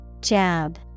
Jab